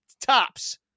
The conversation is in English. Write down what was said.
tops